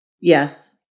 Yes